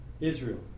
Israel